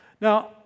Now